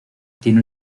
tiene